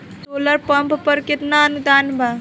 Solar pump पर केतना अनुदान बा?